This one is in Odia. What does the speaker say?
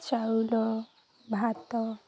ଚାଉଳ ଭାତ